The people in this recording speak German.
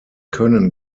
können